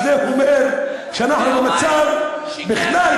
זה אומר שאנחנו בכלל במצב קריטי.